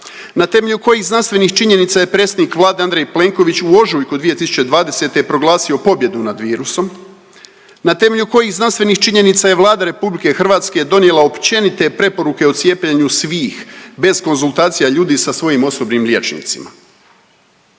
Na temelju kojih znanstvenih činjenica je predsjednik Vlade Andrej Plenković u ožujku 2020. proglasio pobjedu nad virusom? Na temelju kojih znanstvenih činjenica je Vlada RH donijela općenite preporuke o cijepljenju svih, bez konzultacija ljudi sa svojim osobnim liječnicima?